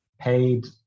Paid